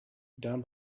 down